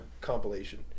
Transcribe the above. compilation